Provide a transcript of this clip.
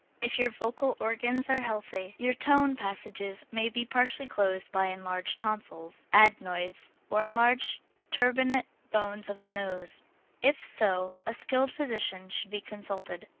if your vocal organs are healthy. your tone passages may be partly closed by enlarged tonsils, adenoids, or enlarged turbinate bones of the nose if so, a skilled physician should be consulted.